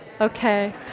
okay